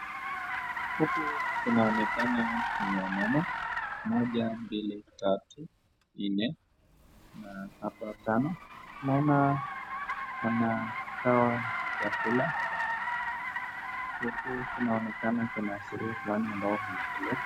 Huku kunaonekana ni wamama moja, mbili, tatu, nne na hapa tano. Naona wanakawa vyakula. Huku unaonekana kuna sherehe fulani ambayo inaendelea.